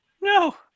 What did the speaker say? no